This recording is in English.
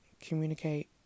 communicate